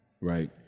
right